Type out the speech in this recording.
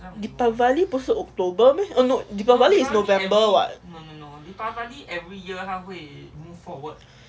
deepavali 不是 october meh eh no deepavali is november [what]